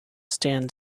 stand